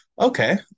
Okay